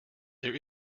there